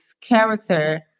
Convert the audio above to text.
character